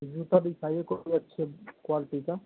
जूता दिखाइए कोई अच्छी क्वालिटी का